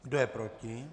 Kdo je proti?